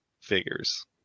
figures